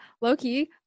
Low-key